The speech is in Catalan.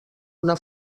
una